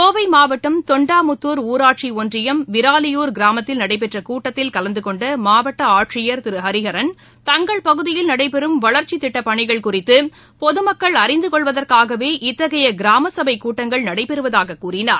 கோவை மாவட்டம் தொண்டாமுத்தூர் ஊராட்சி ஒன்றியம் விராலியூர் கிராமத்தில் நடைபெற்ற கூட்டத்தில் கலந்தகொண்ட மாவட்ட ஆட்சியர் திரு ஹரிஹரன் தங்கள் பகுதியில் நடைபெறும் வளர்ச்சி திட்டப் பணிகள் குறித்து பொது மக்கள் அறிந்தகொள்வதற்காகவே இத்தகைய கிராம சபை கூட்டங்கள் நடைபெறுவதாக கூறினார்